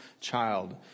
child